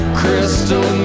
crystal